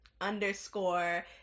underscore